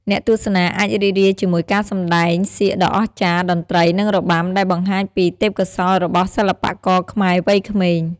អ្នកទស្សនាអាចរីករាយជាមួយការសម្តែងសៀកដ៏អស្ចារ្យ តន្ត្រី និងរបាំ ដែលបង្ហាញពីទេពកោសល្យរបស់សិល្បករខ្មែរវ័យក្មេង។